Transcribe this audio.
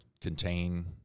contain